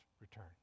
return